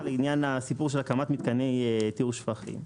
לעניין הסיפור של הקמת מתקני טיהור שפכים.